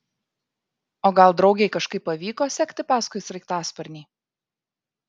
o gal draugei kažkaip pavyko sekti paskui sraigtasparnį